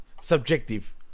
subjective